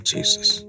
Jesus